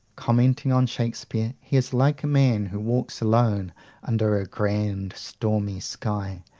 commenting on shakespeare, he is like a man who walks alone under a grand stormy sky,